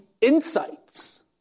insights